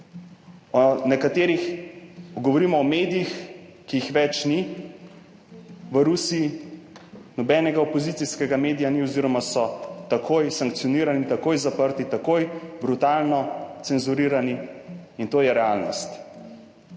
O nekaterih, ko govorimo o medijih, ki jih več ni, v Rusiji, nobenega opozicijskega medija ni oziroma so takoj sankcionirani, takoj zaprti, takoj brutalno cenzurirani in to je realnost,